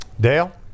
Dale